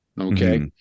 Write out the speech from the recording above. Okay